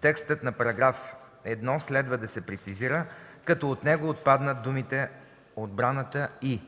текстът на параграф 1 следва да се прецизира, като от него отпаднат думите „отбраната и”.